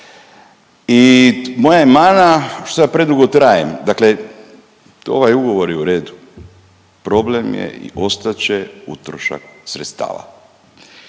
I moja je mana što ja predugo trajem, dakle ovaj ugovor je u redu. Problem je i ostat će utrošak sredstava.